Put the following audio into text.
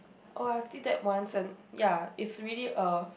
oh I've did that once and ya it's really a